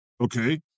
okay